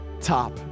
top